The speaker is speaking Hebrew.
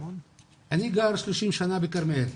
אני גר 30 שנה בכרמיאל.